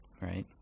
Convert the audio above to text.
right